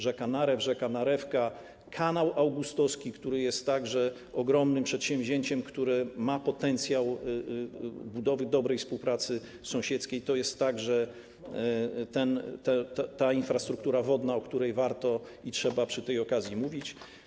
Rzeka Narew, rzeka Narewka, Kanał Augustowski, który jest ogromnym przedsięwzięciem, który ma potencjał budowy dobrej współpracy sąsiedzkiej - to jest także ta infrastruktura wodna, o której warto i trzeba przy tej okazji mówić.